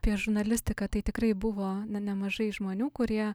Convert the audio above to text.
apie žurnalistiką tai tikrai buvo na nemažai žmonių kurie